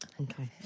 Okay